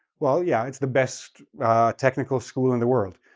well yeah, it's the best technical school in the world,